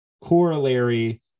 corollary